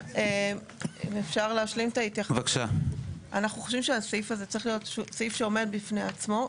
אנחנו חושבים שהסעיף הזה צריך להיות סעיף שעומד בפני עצמו.